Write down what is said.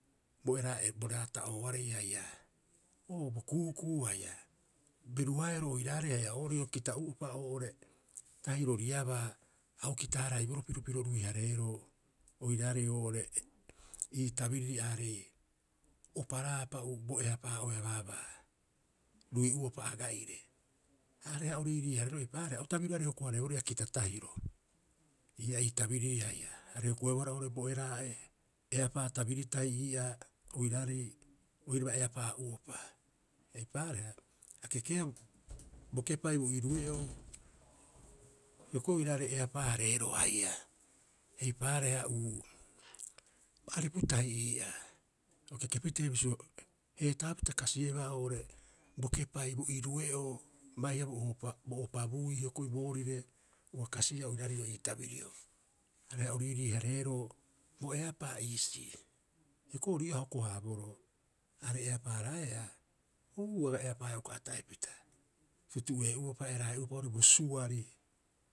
Bo eraa'e bo raata'ooarei haia oo bo kuukuu haia beru haero oiraarei haia oo'ore kita'uopa oo'ore tahiroriabaa au kita- haraiboroo prio piro rui- hareeroo oiraarei oo'ore ii tabiriri aarei oparaapa bo eapaa'oea baabaa rui'uopa agaire. Aareha o riiriihareero eipaareha o tabirirooarei hoko- hareeboo ii'oo kita tahiro ii'aa ii tabiriri haia. Aarei hokoebohara oo'ore bo eraa'e, eapaa tabiri tahi ii'aa oiraarei oiraba eapaa'uopa. Eipaareha a kekeea bo kepai bo iru'e'oo hioko'i oiraarei eapaa- hareeroo haia, eipaareha uu, aripu tahi ii'aa o keke pitee bisio heetaapita kasieba oo'ore bo kepai bo iru'e'oo baiha bo opabuui hioko'i boorire ua kasiia oiraarei ii tabirio. Areha o riiriihareeroo bo eapaa iisii. Hioko'i ori ii'aa a hoko- haaboroo are eapaaraeaa, uu, aga eapaaea uka ata'epita tutu'e'uopa eraa'e'uopa oo'ore bo suari.